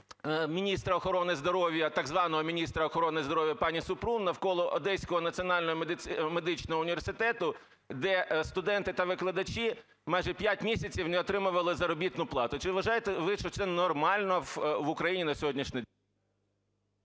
міністра охорони здоров'я, так званого міністра охорони здоров'я пані Супрун, навколо Одеського національного медичного університету, де студенти та викладачі майже 5 місяців не отримували заробітну плату. Чи вважаєте ви, що це нормально в Україні на сьогоднішній…